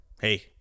Hey